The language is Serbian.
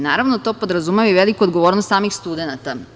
Naravno, to podrazumeva i veliku odgovornost samih studenata.